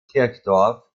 kirchdorf